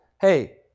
hey